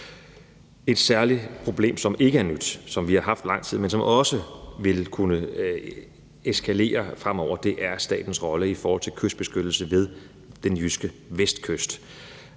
Et særligt problem, som ikke er nyt, som vi har haft i lang tid, men som også ville kunne eskalere fremover, er statens rolle i forhold til kystbeskyttelse ved den jyske vestkyst.